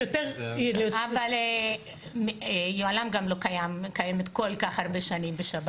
יש יותר --- יוהל"ם גם לא קיימת כל כך הרבה בשב"ס.